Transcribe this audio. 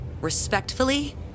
respectfully